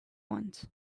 want